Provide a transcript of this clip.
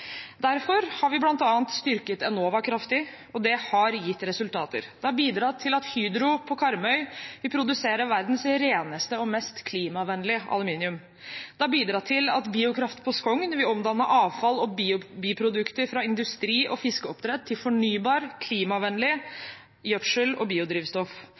Derfor har vi bl.a. styrket Enova kraftig, og det har gitt resultater. Det har bidratt til at Hydro på Karmøy produserer verdens reneste og mest klimavennlige aluminium. Det har bidratt til at Biokraft på Skogn vil omdanne avfall og biprodukter fra industri og fiskeoppdrett til fornybar og klimavennlig gjødsel og biodrivstoff.